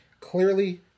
Clearly